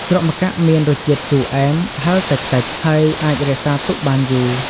ជ្រក់ម្កាក់មានរសជាតិជូរអែម ហឹរតិចៗ ហើយអាចរក្សាទុកបានយូរ។